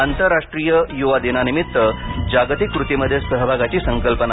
आंतरराष्ट्रीय युवा दिनानिमित्त जागतिक कृतीमध्ये सहभागाची संकल्पना